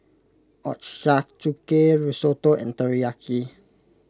Ochazuke Risotto and Teriyaki